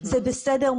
זה בסדר,